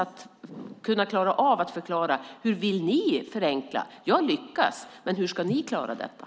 Det handlar för er om att förklara hur ni vill förenkla. Jag lyckas. Men hur ska ni klara detta?